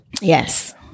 yes